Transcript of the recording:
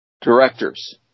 Directors